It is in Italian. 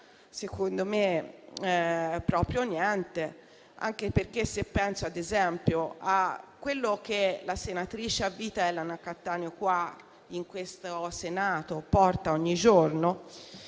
secondo me proprio niente, anche perché, se penso, ad esempio, a quello che la senatrice a vita Elena Cattaneo porta ogni giorno